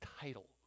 title